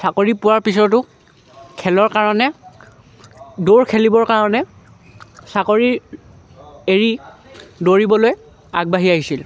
চাকৰি পোৱাৰ পিছতো খেলৰ কাৰণে দৌৰ খেলিবৰ কাৰণে চাকৰি এৰি দৌৰিবলৈ আগবাঢ়ি আহিছিল